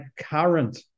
current